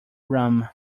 rum